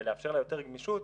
ולאפשר לה יותר גמישות,